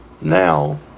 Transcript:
now